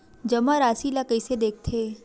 जमा राशि ला कइसे देखथे?